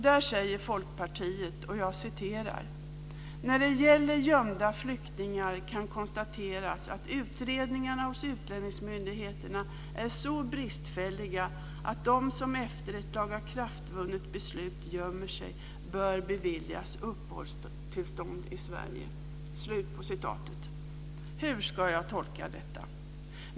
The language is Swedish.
Där säger Folkpartiet: "När det gäller gömda flyktingar kan konstateras att utredningarna hos utlänningsmyndigheterna är så bristfälliga att de som efter ett lagakraftvunnet beslut gömmer sig bör beviljas uppehållstillstånd i Sverige." Hur ska jag tolka detta?